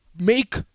make